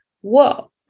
whoa